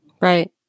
Right